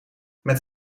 met